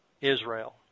Israel